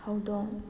ꯍꯧꯗꯣꯡ